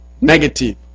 negative